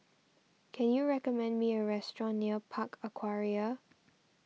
can you recommend me a restaurant near Park Aquaria